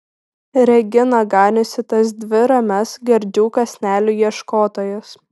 regina ganiusi tas dvi ramias gardžių kąsnelių ieškotojas